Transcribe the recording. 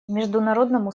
международному